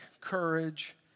courage